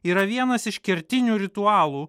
yra vienas iš kertinių ritualų